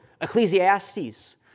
Ecclesiastes